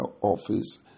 office